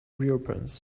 reopens